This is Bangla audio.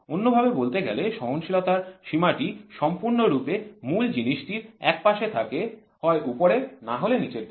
অন্য ভাবে বলতে গেলে সহনশীলতার সীমাটি সম্পূর্ণরূপে মূল জিনিসটির একপাশে থাকে হয় উপরের নাহলে নিচের দিকে